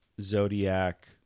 Zodiac